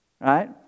Right